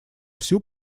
всю